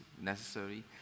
necessary